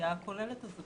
לראייה הכוללת הזאת.